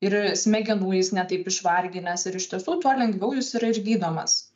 ir smegenų jis ne taip išvarginęs ir iš tiesų tuo lengviau jis yra ir gydomas